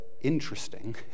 interesting